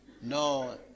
No